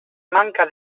manca